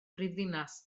brifddinas